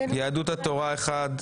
יהדות התורה אחד,